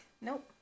nope